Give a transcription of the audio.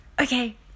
okay